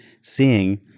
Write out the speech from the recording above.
seeing